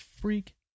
freak